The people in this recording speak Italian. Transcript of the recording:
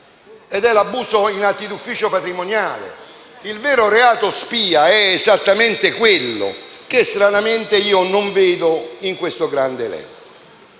ed è l'abuso in atti d'ufficio patrimoniale. Il vero reato spia è esattamente quello che stranamente non vedo tra quelli previsti.